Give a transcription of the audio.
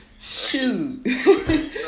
Shoot